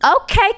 okay